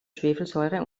schwefelsäure